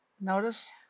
notice